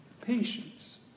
patience